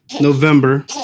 November